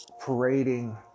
parading